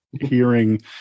hearing